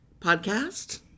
podcast